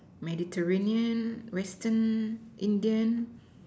Mediterranean Western Indian